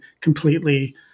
completely